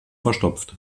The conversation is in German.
verstopft